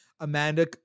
Amanda